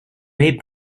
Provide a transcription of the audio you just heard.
made